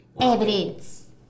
Evidence